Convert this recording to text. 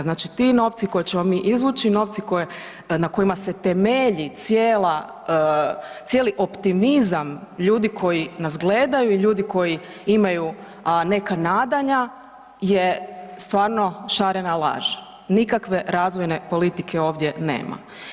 Znači ti novci koje ćemo mi izvući, novci koje, na kojima se temelji cijela, cijeli optimizam ljudi koji nas gledaju i ljudi koji imaju neka nadanja je stvarno šarena laž, nikakve razvojne politike ovdje nema.